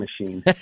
machine